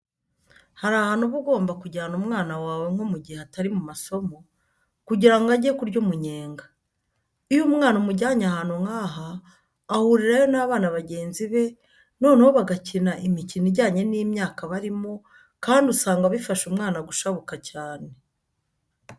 Hari ahantu uba ugomba kujyana umwana wawe nko mu gihe atari mu masomo kugira ngo ajye kurya umunyenga. Iyo umwana umujyanye ahantu nk'aha ahurirayo n'abana bagenzi be noneho bagakina imikino ijyanye n'imyaka barimo kandi usanga bifasha umwana gushabuka cyane.